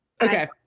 Okay